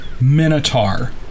minotaur